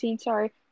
sorry